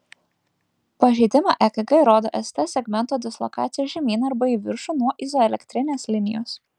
pažeidimą ekg rodo st segmento dislokacija žemyn arba į viršų nuo izoelektrinės linijos